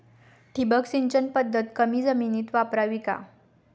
ठिबक सिंचन पद्धत कमी जमिनीत वापरावी का?